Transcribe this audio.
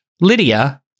Lydia